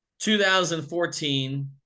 2014